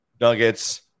nuggets